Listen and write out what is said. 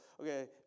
okay